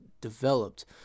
developed